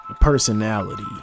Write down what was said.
personality